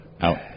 out